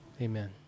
amen